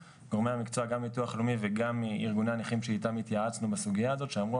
גם ביטוח לאומי וגם ארגוני הנכים שאיתם התייעצנו בסוגיה הזאת שאמרו,